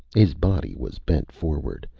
his body was bent forward,